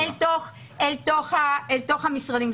-- למשרדים.